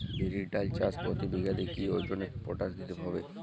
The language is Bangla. বিরির ডাল চাষ প্রতি বিঘাতে কি ওজনে পটাশ দিতে হবে?